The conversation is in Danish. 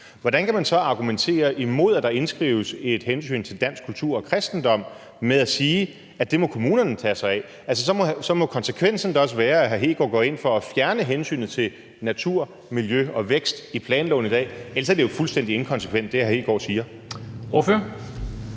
hvordan kan man så argumentere imod, at der indskrives et hensyn til dansk kultur og kristendom, med at sige, at det må kommunerne tage sig af? Så må konsekvensen da også være, at hr. Kristian Hegaard går ind for at fjerne hensynet til natur, miljø og vækst i planloven i dag. Ellers er det, hr. Kristian Hegaard siger,